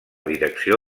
direcció